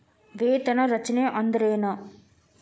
ವೇತನ ರಚನೆ ಅಂದ್ರೆನ?